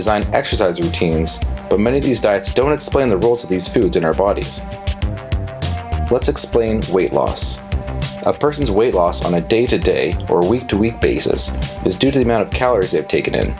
designed exercise routines but many of these diets don't explain the rules of these foods in our body let's explain weight loss a person's weight loss on a day to day or week to week basis is due to the amount of calories they have taken